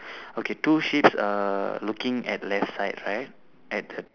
okay two sheeps are looking at left side right at